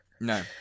no